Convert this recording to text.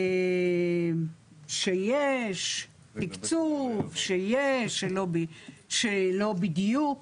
שיש תקצוב, שלא בדיוק.